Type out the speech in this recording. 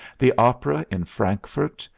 the opera in frankfurt,